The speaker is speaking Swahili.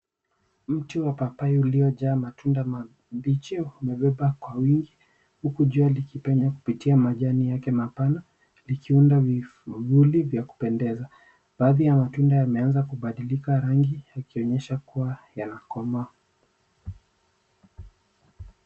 Mti wa papai uliojaa matunda mabichi umebeba kwa wingi huku jua likipenya kupitia majani yake mapana ikiunda vivuli vya kupendeza. Baadhi ya matunda yameanza kubadilika rangi yakionyesha kuwa yanakomaa.